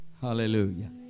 Hallelujah